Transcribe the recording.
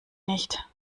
nicht